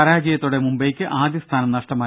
പരാജയത്തോടെ മുംബൈക്ക് ആദ്യസ്ഥാനം നഷ്ടമായി